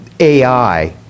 AI